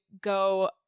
go